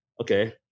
Okay